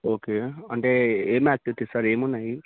okay అంటే ఏమి activities sir ఏమి ఉన్నాయి